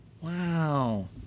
Wow